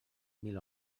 mil